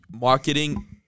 Marketing